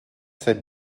sept